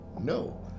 No